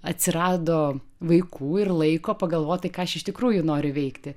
atsirado vaikų ir laiko pagalvoti ką aš iš tikrųjų noriu veikti